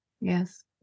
Yes